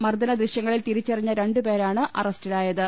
മർദ്ദന ദൃശ്യങ്ങളിൽ തിരി ച്ചുറിഞ്ഞ രണ്ട് പേരാണ് അറസ്റ്റിലായത്